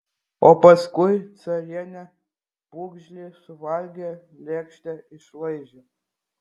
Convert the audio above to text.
o paskui carienė pūgžlį suvalgė lėkštę išlaižė